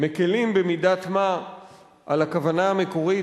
שמקלים במידת מה את הכוונה המקורית,